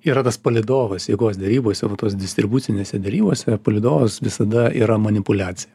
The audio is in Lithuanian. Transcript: yra tas palydovas jėgos derybose va tos distribucinėse derybose palydovas visada yra manipuliacija